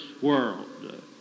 world